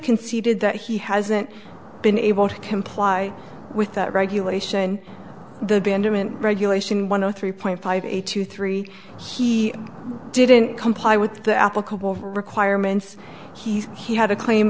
conceded that he hasn't been able to comply with that regulation the bindman regulation one of three point five eight two three he didn't comply with the applicable requirements he's he had a claim